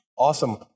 Awesome